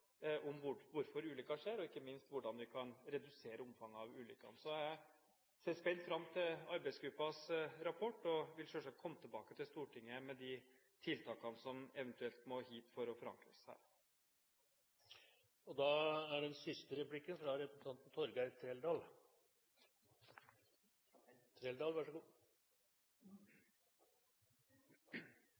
om hvorfor ulykker skjer, og ikke minst hvordan vi kan redusere omfanget av ulykkene. Jeg ser spent fram til arbeidsgruppens rapport og vil selvsagt komme tilbake til Stortinget med de tiltakene som eventuelt må forankres her. Vi har registrert og